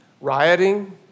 rioting